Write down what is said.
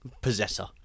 possessor